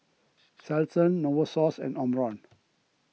Selsun Novosource and Omron